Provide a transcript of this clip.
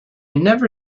never